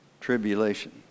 tribulation